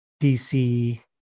DC